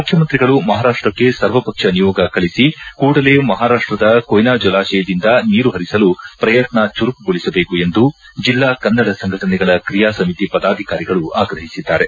ಮುಖ್ಯಮಂತ್ರಿಗಳು ಮಹಾರಾಷ್ಟಕ್ಕೆ ಸರ್ವಪಕ್ಷ ನಿಯೋಗ ಕಳಿಸಿ ಕೂಡಲೇ ಮಹಾರಾಷ್ಟದ ಕೊಯ್ನಾ ಜಲಾಶಯದಿಂದ ನೀರು ಹರಿಸಲು ಪ್ರಯತ್ನ ಚುರುಕುಗೊಳಸಬೇಕು ಎಂದು ಜಿಲ್ಲಾ ಕನ್ನಡ ಸಂಘಟನೆಗಳ ಕ್ರಿಯಾ ಸಮಿತಿ ಪದಾಧಿಕಾರಿಗಳು ಆಗ್ರಹಿಸಿದ್ದಾರೆ